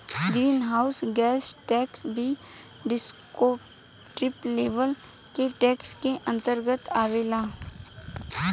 green house gas tax भी descriptive level के tax के अंतर्गत आवेला